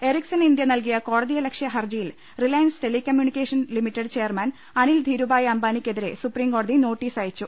Ericsson India നൽകിയ് കോടതിയലക്ഷ്യ ഹർജിയിൽ Reliance telecommunication limited chairman Anil Dhirubhai അംബാനിയ്ക്കെ തിരെ സുപ്രീംകോടതി നോട്ടീസ് അയച്ചു